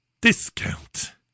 discount